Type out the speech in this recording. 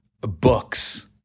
books